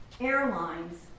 airlines